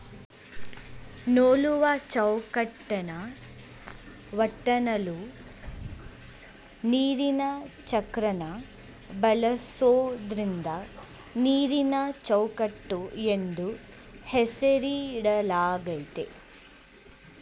ನೂಲುವಚೌಕಟ್ಟನ್ನ ಓಡ್ಸಲು ನೀರಿನಚಕ್ರನ ಬಳಸೋದ್ರಿಂದ ನೀರಿನಚೌಕಟ್ಟು ಎಂದು ಹೆಸರಿಡಲಾಗಯ್ತೆ